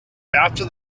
after